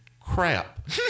crap